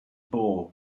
bow